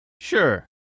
Sure